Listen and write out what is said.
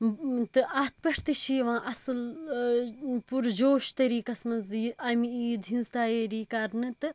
إم تہٕ اَتھ پؠٹھ تہِ چھِ یِوان اَصٕل ٲں پُر جُوٗش طٔریٖقَس منٛز یہِ امِہِ عیٖد ہٕنٛز تیٲرِی کرنہٕ تہٕ